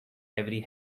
every